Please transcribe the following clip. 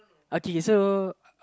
okay okay so